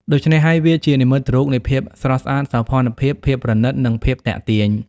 ដូច្នេះហើយ វាជានិមិត្តរូបនៃ ភាពស្រស់ស្អាត សោភ័ណភាព ភាពប្រណិត និង ភាពទាក់ទាញ។